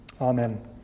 Amen